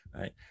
Right